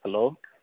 hello